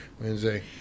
Wednesday